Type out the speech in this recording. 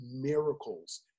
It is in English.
miracles